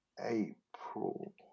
April